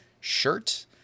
shirt